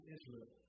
Israel